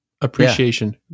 appreciation